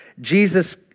Jesus